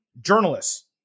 journalists